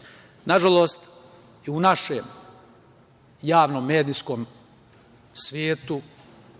kuće. Nažalost, i u našem javnom medijskom svetu